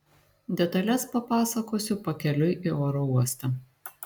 detales papasakosiu pakeliui į oro uostą